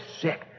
sick